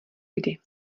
kdy